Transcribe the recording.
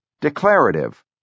declarative